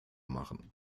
machen